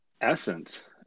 essence